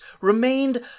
remained